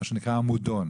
שזה ביטוי מאוד עמוק,